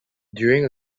during